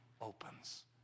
opens